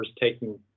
taking